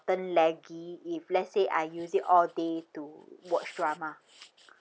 turn laggy if let's say I use it all day to watch drama